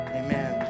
amen